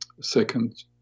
second